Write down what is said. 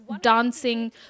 dancing